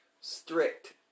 strict